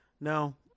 No